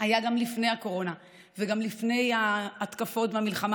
היה גם לפני הקורונה וגם לפני ההתקפות והמלחמה